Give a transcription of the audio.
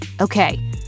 Okay